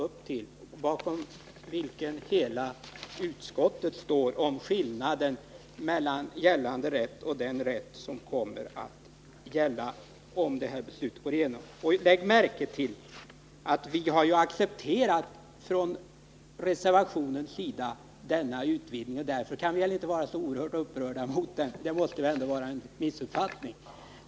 Fru talman! Jag skulle för min del vilja avsluta den här debatten men måste säga några ord eftersom jag fick ytterligare en fråga. Jag har hänvisat till redogörelsen längst upp på s. 34 i vårt betänkande. Där klargörs skillnaden mellan nuvarande rätt och den rätt som skulle komma att gälla om utskottets förslag bifalles. Lägg märke till att reservanterna har accepterat den här utvidgningen. Därför kan vi ju inte heller vara så oerhört upprörda — det måste ändå vara en missuppfattning.